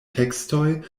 tekstoj